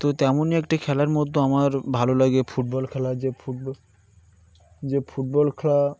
তো তেমনই একটা খেলার মধ্যো আমার ভালো লাগে ফুটবল খেলা যে ফুট যে ফুটবল খেলা